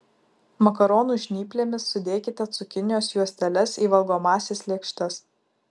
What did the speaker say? makaronų žnyplėmis sudėkite cukinijos juosteles į valgomąsias lėkštes